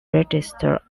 register